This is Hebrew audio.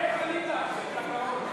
איך עלית על זה?